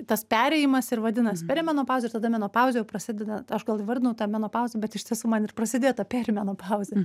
tas perėjimas ir vadinas perimenopauzė ir tada menopauzė jau prasideda aš gal įvardinau tą menopauzę bet iš tiesų man ir prasidėjo ta perimenopauzė